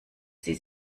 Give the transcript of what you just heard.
sie